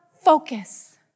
focus